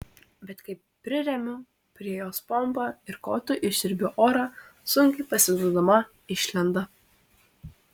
bet kai priremiu prie jos pompą ir kotu išsiurbiu orą sunkiai pasiduodama išlenda